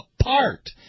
apart